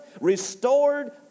restored